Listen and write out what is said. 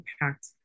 impact